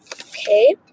Okay